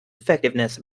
effectiveness